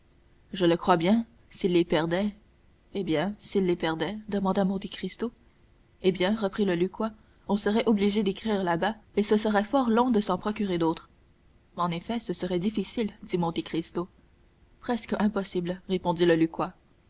je le crois bien s'il les perdait eh bien s'il les perdait demanda monte cristo eh bien reprit le lucquois on serait obligé d'écrire là-bas et ce serait fort long de s'en procurer d'autres en effet ce serait difficile dit monte cristo presque impossible répondit le lucquois